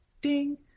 ding